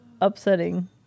upsetting